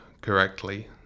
correctly